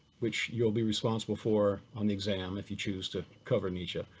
which you'll be responsible for on the exam if you choose to cover nietzsche,